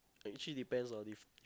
like actually depends on leave